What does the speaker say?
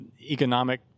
economic